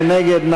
מי נגד?